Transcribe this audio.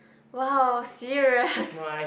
!wow! serious